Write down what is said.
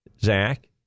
Zach